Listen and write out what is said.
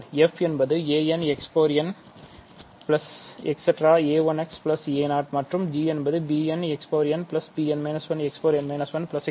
f என்பது anxn an 1xn 1 a1x a0 மற்றும் g என்பது bnxn bn 1xn 1